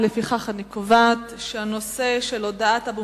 לפיכך אני קובעת שהנושא של הודעת אבו